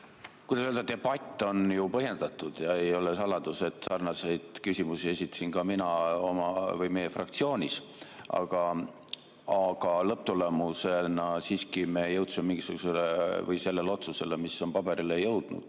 kuidas öelda, debatt on ju põhjendatud ja ei ole saladus, et sarnaseid küsimusi esitasin ka mina meie fraktsioonis, aga lõpptulemusena siiski me jõudsime sellele otsusele, mis on paberile jõudnud.